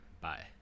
Bye